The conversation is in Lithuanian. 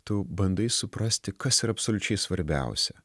tu bandai suprasti kas yra absoliučiai svarbiausia